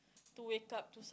to wake up to